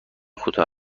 کوتاه